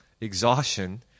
exhaustion